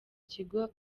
kigo